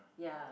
ya